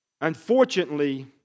Unfortunately